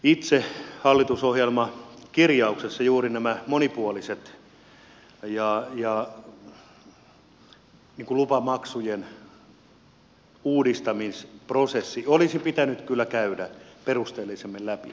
itse hallitusohjelmakirjauksessa juuri nämä monipuoliset ja lupamaksujen uudistamisprosessi olisi pitänyt kyllä käydä perusteellisemmin läpi